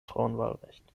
frauenwahlrecht